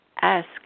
ask